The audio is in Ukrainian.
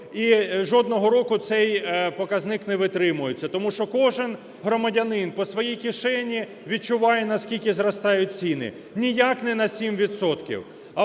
і жодного року цей показник не витримується. Тому що кожен громадянин по своїй кишені відчуває наскільки зростають ціни, ніяк не на 7